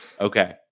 Okay